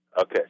Okay